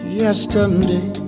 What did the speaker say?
yesterday